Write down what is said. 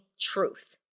truth